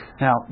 Now